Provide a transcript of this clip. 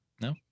No